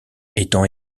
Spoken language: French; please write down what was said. étant